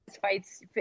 fights